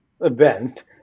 event